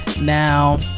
Now